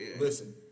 Listen